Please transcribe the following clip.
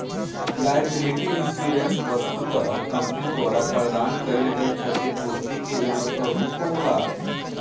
liability insurance वस्तुतः company द्वारा प्रदान कईल गईल छतिपूर्ति के एगो स्वरूप होला